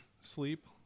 sleep